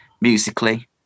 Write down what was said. musically